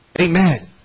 Amen